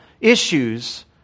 issues